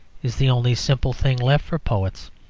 is the only simple thing left for poets.